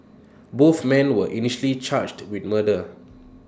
both men were initially charged with murder